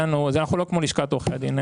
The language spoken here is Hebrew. אין לנו, אנחנו לא כמו לשכת עורכי הדין.